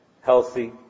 healthy